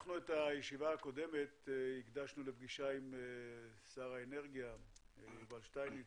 את הישיבה הקודמת הקדשנו לפגישה עם שר האנרגיה יובל שטייניץ,